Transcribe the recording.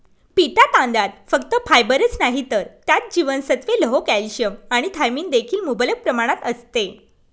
पिटा तांदळात फक्त फायबरच नाही तर त्यात जीवनसत्त्वे, लोह, कॅल्शियम आणि थायमिन देखील मुबलक प्रमाणात असते